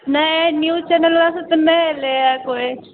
नहि news channel वाला सब तऽ नहि एलै हँ कोई